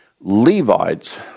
Levites